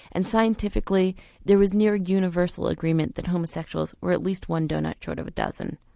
and scientifically there was near universal agreement that homosexuals were at least one donut short of a dozen.